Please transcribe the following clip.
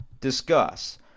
Discuss